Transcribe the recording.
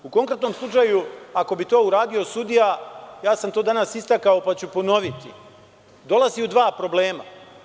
U konkretnom slučaju, ako bi to uradio sudija, danas sam to istakao, pa ću ponoviti, dolazi u dva problema.